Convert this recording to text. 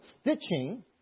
stitching